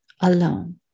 alone